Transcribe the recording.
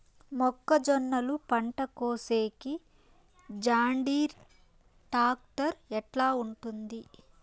మొక్కజొన్నలు పంట కోసేకి జాన్డీర్ టాక్టర్ ఎట్లా ఉంటుంది?